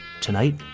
Tonight